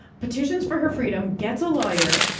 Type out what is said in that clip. petitions for her freedom, gets a lawyer,